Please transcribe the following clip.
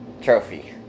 trophy